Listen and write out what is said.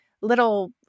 little